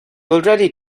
already